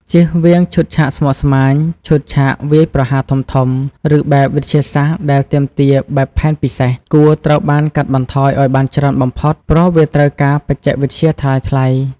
ជៀសវាងឈុតឆាកស្មុគស្មាញ ឈុតឆាកវាយប្រហារធំៗ ឬបែបវិទ្យាសាស្ត្រដែលទាមទារបែបផែនពិសេស គួរត្រូវបានកាត់បន្ថយឱ្យបានច្រើនបំផុត ព្រោះវាត្រូវការបច្ចេកវិទ្យាថ្លៃៗ។